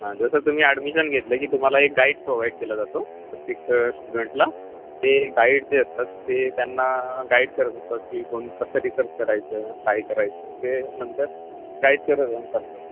हां जसं तुम्ही ॲडमिशन घेतले की तुम्हाला एक गाईड प्रोवाईड केला जातो प्रत्येक स्टुडंटला ते गाईड जे असतात ते त्यांना गाईड करत असतात की कोण कसं रिसर्च करायचं काय करायचं ते नंतर गाईड करत करतात